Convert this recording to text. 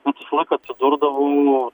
bet visąlaik atsidurdavau